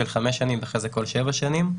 של חמש שנים ואחרי כן בכל שבע שנים.